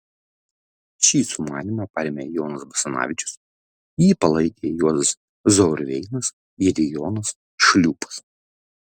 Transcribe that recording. šį sumanymą parėmė jonas basanavičius jį palaikė juozas zauerveinas ir jonas šliūpas